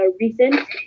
recent